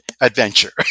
adventure